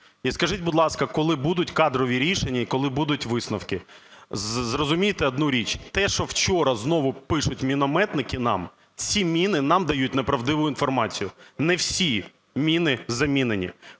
І скажіть, будь ласка, коли будуть кадрові рішення і коли будуть висновки? Зрозумійте одну річ, те, що вчора знову пишуть мінометники нам, ці міни, нам дають неправдиву інформацію, не всі міни замінені.